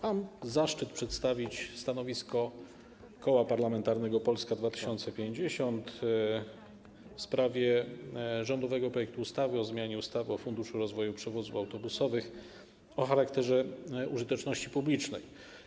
Mam zaszczyt przedstawić stanowisko Koła Parlamentarnego Polska 2050 w sprawie rządowego projektu ustawy o zmianie ustawy o Funduszu rozwoju przewozów autobusowych o charakterze użyteczności publicznej.